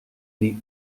des